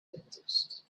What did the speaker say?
dentist